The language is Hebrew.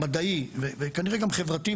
מדעי וכנראה גם חברתי,